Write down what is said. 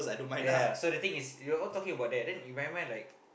ya so the thing is you are all talking about that then in my mind like